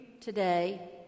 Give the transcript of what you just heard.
today